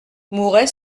mouret